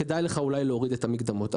כדאי לך אולי להוריד את המקדמות.